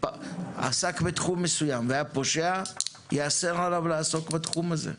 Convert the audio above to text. שעסק בתחום מסויים והיה פושע - יאסר עליו לעסוק בתחום הזה.